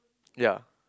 ya